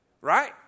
Right